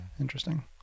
interesting